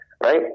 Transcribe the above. right